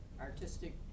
artistic